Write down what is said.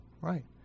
Right